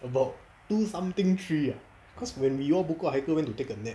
about two something three ah that's when we all book out haikal went to take a nap